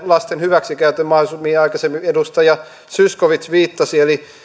lasten hyväksikäytön mahdollisuus mihin aikaisemmin edustaja zyskowicz viittasi eli